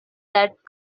that